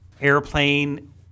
airplane